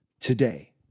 today